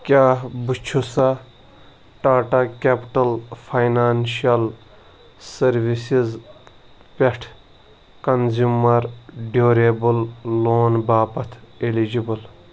کیٛاہ بہٕ چھُسا ٹاٹا کیٚپٹل فاینانشَل سٔروِسِز پٮ۪ٹھٕ کنٛزیوٗمر ڈیوٗریبٕل لون باپتھ الیجبٕل ؟